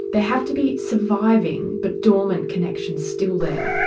there have to be surviving but dormant connections still there,